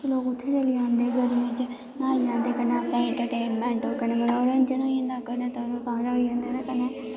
ते लोग उत्थें चली जंदे गर्मियें च न्हाई लैंदे कन्नै अपने इंट्रटेनमैंट कन्नै मनोरंजन होई जंदा कन्नै तरोताज़ा होई जंदे ते कन्नै